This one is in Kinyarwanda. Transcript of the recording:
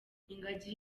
ingagi